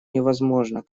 невозможно